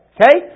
Okay